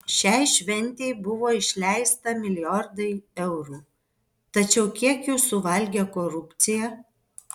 šiai šventei buvo išleista milijardai eurų tačiau kiek jų suvalgė korupcija